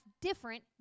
different